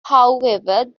however